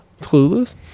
Clueless